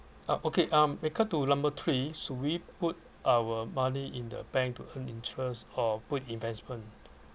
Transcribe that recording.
uh okay um we cut to number three should we put our money in the bank to earn interest or put investment